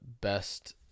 best